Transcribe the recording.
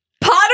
Potter